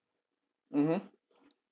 mmhmm